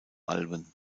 alben